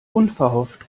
unverhofft